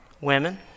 Women